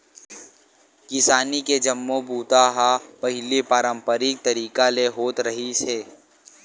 किसानी के जम्मो बूता ह पहिली पारंपरिक तरीका ले होत रिहिस हे